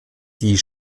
die